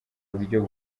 buryo